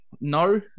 No